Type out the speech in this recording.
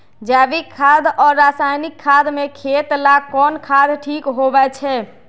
जैविक खाद और रासायनिक खाद में खेत ला कौन खाद ठीक होवैछे?